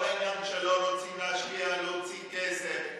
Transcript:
כל העניין שלא רוצים להשקיע, להוציא כסף?